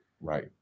right